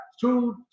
two